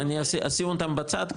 אני אשים אותם בצד,